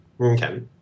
Okay